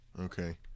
Okay